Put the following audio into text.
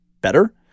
better